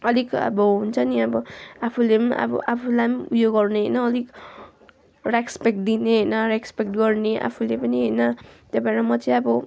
अलिक अब हुन्छ अनि अब आफूले पनि अब आफूलाई पनि उयो गर्ने होइन अलिक रेस्पेक्ट दिने होइन रेस्पेक्ट गर्ने आफूले पनि होइन त्यो भएर म चाहिँ अब